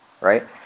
right